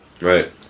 right